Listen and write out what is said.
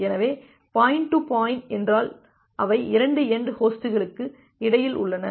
எனவே point to point என்றால் அவை 2 எண்ட் ஹோஸ்டுக்கு இடையில் உள்ளன